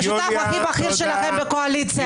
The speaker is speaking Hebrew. השותף הכי בכיר שלכם בקואליציה.